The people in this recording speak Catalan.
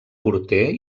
porter